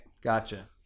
gotcha